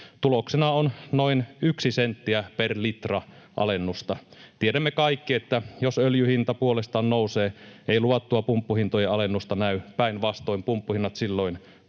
Tuloksena on noin 1 sentti per litra alennusta. Tiedämme kaikki, että jos öljyn hinta puolestaan nousee, ei luvattua pumppuhintojen alennusta näy. Päinvastoin, pumppuhinnat silloin nousevat.